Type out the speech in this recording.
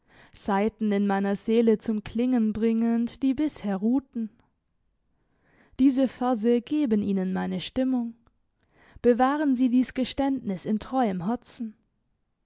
saiten in meiner seele zum klingen bringend die bisher ruhten diese verse geben ihnen meine stimmung bewahren sie dies geständnis in treuem herzen